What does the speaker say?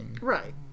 Right